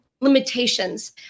limitations